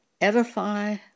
edify